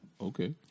Okay